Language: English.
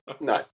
no